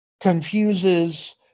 confuses